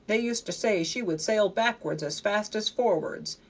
they used to say she would sail backwards as fast as forwards,